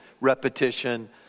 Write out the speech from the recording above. repetition